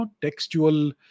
textual